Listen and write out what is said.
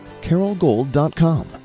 carolgold.com